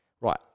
Right